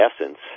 essence